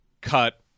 cut